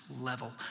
level